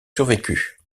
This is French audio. survécu